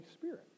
Spirit